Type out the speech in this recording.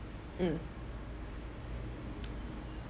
mm